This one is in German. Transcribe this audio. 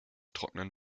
trockenen